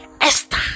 Esther